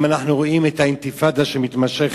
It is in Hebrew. אם אנחנו רואים את האינתיפאדה שמתמשכת,